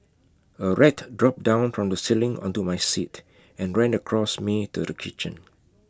A rat dropped down from the ceiling onto my seat and ran across me to the kitchen